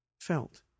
felt